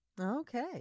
Okay